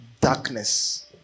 darkness